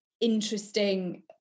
interesting